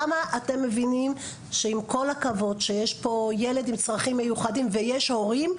כמה אתם מבינים שעם כל הכבוד שיש פה ילד עם צרכים מיוחדים ויש ההורים,